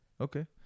Okay